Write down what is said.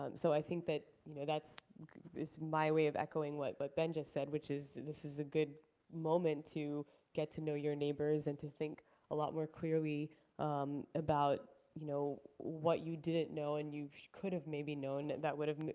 um so i think that you know that's is my way of echoing what but ben just said, which is this is a good moment to get to know your neighbors and to think a lot more clearly about you know what you didn't know and you could have maybe known that that would have